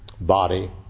body